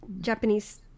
Japanese